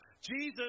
Jesus